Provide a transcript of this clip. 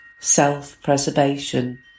self-preservation